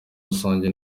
rusange